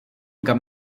kam